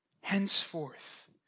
henceforth